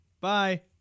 Bye